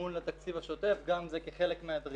למימון התקציב השוטף, גם זה כחלק מהדרישות.